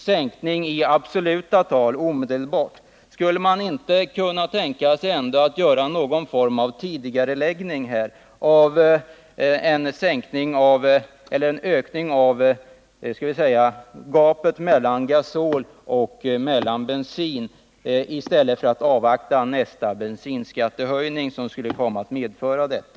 sänkning av gasolskatten i absoluta tal omedelbart, skulle man ändå inte kunna tänka sig någon form av tidigareläggning av en ökning av skattegapet mellan gasol och bensin, i stället för att avvakta nästa bensinskattehöjning, som skulle medföra detta?